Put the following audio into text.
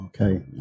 Okay